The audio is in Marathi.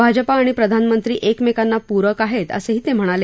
भाजपा आणि प्रधानमंत्री एकमेकाला पूरक आहेत असं ते म्हणाले